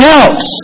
else